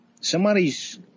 somebody's